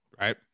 Right